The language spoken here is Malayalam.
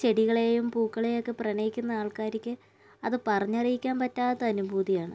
ചെടികളെയും പൂക്കളെയും ഒക്കെ പ്രണയിക്കുന്ന ആൾക്കാർക്ക് അത് പറഞ്ഞറിയിക്കാൻ പറ്റാത്ത അനുഭൂതിയാണ്